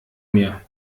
mir